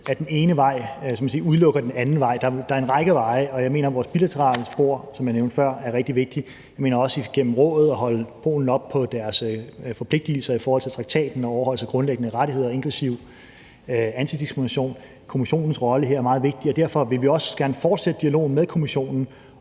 skal man sige – udelukker den anden vej. Der er jo en række veje, og jeg mener, at vores bilaterale spor, som jeg nævnte før, er rigtig vigtigt, og også igennem Rådet at holde Polen op på deres forpligtigelser i forhold til traktaten og overholdelse af grundlæggende rettigheder, inklusive antidiskrimination. Kommissionens rolle her er meget vigtig, og derfor vil vi også gerne fortsætte dialogen med Kommissionen